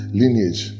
lineage